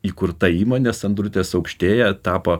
įkurta įmonė sandrutės aukštėja tapo